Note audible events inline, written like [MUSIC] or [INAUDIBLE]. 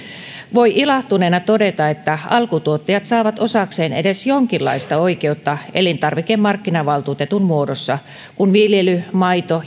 voi ilahtuneena todeta että alkutuottajat saavat osakseen edes jonkinlaista oikeutta elintarvikemarkkinavaltuutetun muodossa kun viljely maito [UNINTELLIGIBLE]